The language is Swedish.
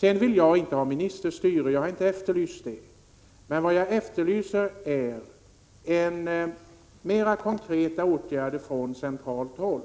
Jag vill inte ha ministerstyre. Det har jag inte efterlyst, men vad jag efterlyser är mera konkreta åtgärder från centralt håll.